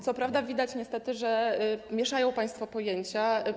Co prawda widać niestety, że mieszają państwo pojęcia.